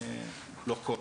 לא כל,